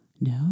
No